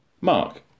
Mark